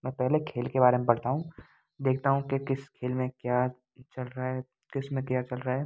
मैं पहले खेल के बारे में पढ़ता हूँ देखता हूँ कि किस खेल में क्या चल रहा है किसमें क्या चल रहा है